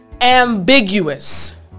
ambiguous